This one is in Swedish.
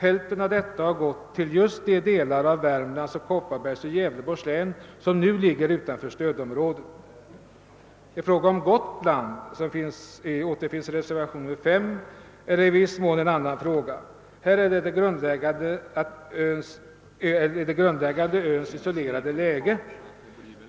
Hälften därav har gått till just de delar av Värmlands, Kopparbergs och Gävleborgs län som nu ligger utanför stödområdet. Förslaget beträffande Gotland, som återfinns i reservationen, är i viss mån en annan fråga. Här är det grundläggande öns isolerade läge.